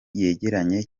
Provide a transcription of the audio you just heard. yegeranye